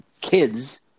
kids